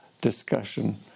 discussion